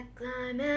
climb